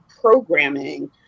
programming